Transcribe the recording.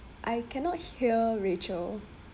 I cannot hear rachel